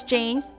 Jane